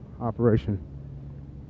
operation